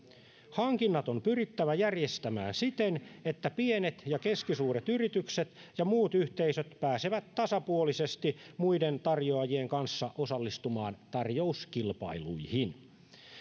hankinnat on pyrittävä järjestämään siten että pienet ja keskisuuret yritykset ja muut yhteisöt pääsevät tasapuolisesti muiden tarjoajien kanssa osallistumaan tarjouskilpailuihin